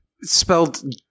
spelled